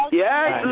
yes